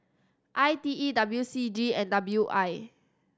I T E W C G and W I